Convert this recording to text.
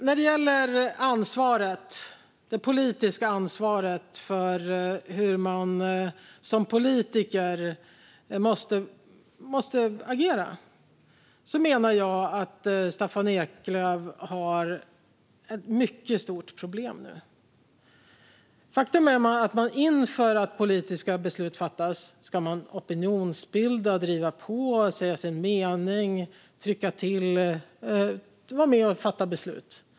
När det gäller det politiska ansvaret för hur man som politiker måste agera menar jag att Staffan Eklöf har ett mycket stort problem nu. Faktum är att man inför att politiska beslut fattas ska opinionsbilda, driva på, säga sin mening, trycka till och vara med och fatta beslut.